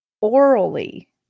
orally